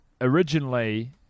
originally